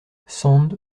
sand